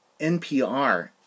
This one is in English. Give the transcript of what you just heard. NPR